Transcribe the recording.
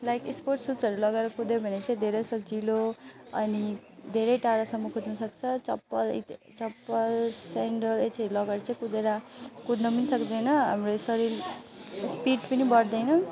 like sports सुजहरू लगाएर कुद्यो भने धेरै सजिलो अनि धेरै टाढोसम्म पुग्नसक्छ चप्पल इत्यादि चप्पल स्यान्डल अथीहरू लगाएर कुदेर कुद्नु पनि सक्दैन हाम्रो यो शरीर स्पिड पनि बढ्दैन